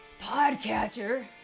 podcatcher